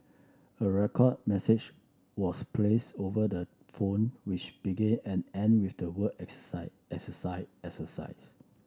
a record message was plays over the phone which began and end with the word exercise exercise exercise